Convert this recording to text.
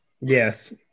Yes